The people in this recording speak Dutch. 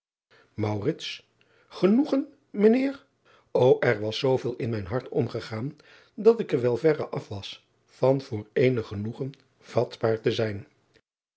enoegen mijn eer o r was zooveel in mijn hart omgegaan dat ik er wel verre af was van voor eenig genoegen vatbaar te zijn